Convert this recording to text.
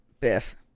Biff